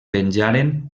penjaren